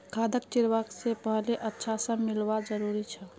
खादक छिड़कवा स पहले अच्छा स मिलव्वा जरूरी छ